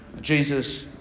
Jesus